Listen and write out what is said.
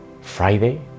Friday